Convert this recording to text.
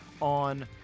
on